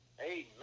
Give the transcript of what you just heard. amen